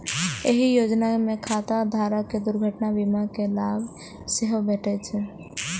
एहि योजना मे खाता धारक कें दुर्घटना बीमा के लाभ सेहो भेटै छै